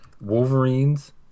Wolverines